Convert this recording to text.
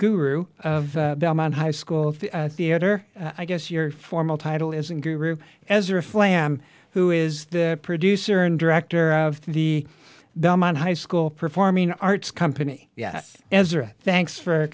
guru of belmont high school theater i guess your formal title is in group as a flam who is the producer and director of the belmont high school performing arts company yes thanks for